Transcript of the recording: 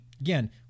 again